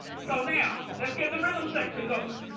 so now let's get the rhythm section going.